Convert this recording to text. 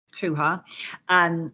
hoo-ha